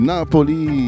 Napoli